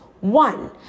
one